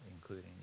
including